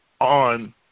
on